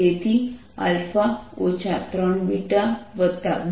તેથી α 3β2γδ 40 છે